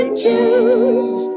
choose